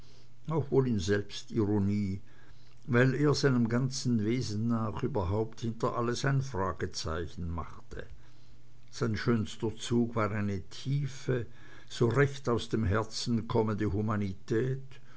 auch wohl in selbstironie weil er seinem ganzen wesen nach überhaupt hinter alles ein fragezeichen machte sein schönster zug war eine tiefe so recht aus dem herzen kommende humanität